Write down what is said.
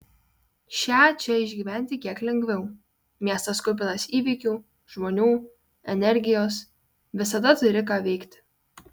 šią čia išgyventi kiek lengviau miestas kupinas įvykių žmonių energijos visada turi ką veikti